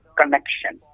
connection